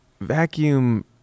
vacuum